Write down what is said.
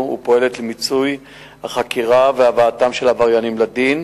ופועלת למיצוי החקירה והבאתם של העבריינים לדין,